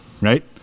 right